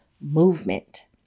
movement